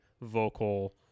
vocal